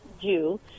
Jew